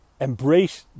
embrace